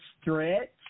stretch